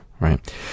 Right